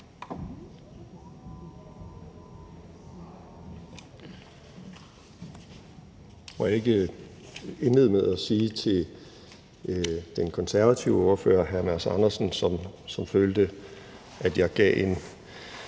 Jeg vil indlede med at sige til den konservative ordfører, hr. Mads Andersen, som følte, at jeg gav en